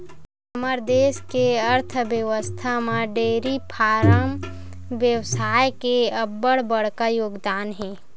हमर देस के अर्थबेवस्था म डेयरी फारम बेवसाय के अब्बड़ बड़का योगदान हे